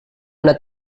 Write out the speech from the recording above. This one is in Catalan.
una